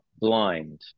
blind